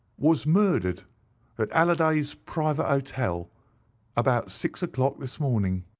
was murdered at halliday's private hotel about six o'clock this morning.